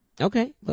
Okay